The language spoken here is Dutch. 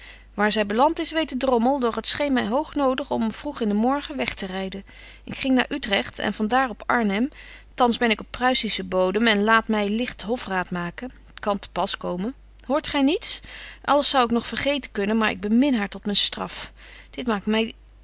waar zy belant is weet de drommel doch het scheen my hoognodig om vroeg in den morgen weg te ryden ik ging naar utrecht en van daar op arnhem thans ben ik op pruisischen bodem en laat my ligt hofraad maken t kan te pas komen hoort gy niets alles zou ik nog vergeten kunnen maar ik bemin haar tot myn straf dit maakt my